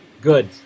Good